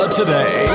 today